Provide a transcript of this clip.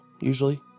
usually